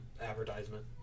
advertisement